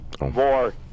more